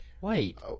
wait